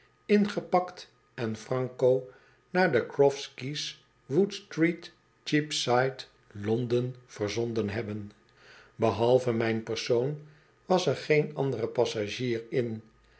ingepakt en franco naar de crofs keys woodstreet cheapside londen verzonden hebben behalve mijn persoon was er geen andere passagier in